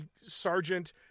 sergeant